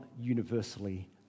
universally